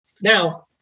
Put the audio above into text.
Now